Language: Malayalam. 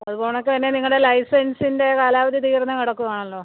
അതുപോലെയൊക്കെ തന്നെ നിങ്ങളുടെ ലൈസൻസിൻ്റെ കാലാവധി തീർന്ന് കിടക്കുകയാണല്ലോ